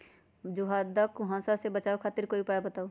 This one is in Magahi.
ज्यादा कुहासा से बचाव खातिर कोई उपाय बताऊ?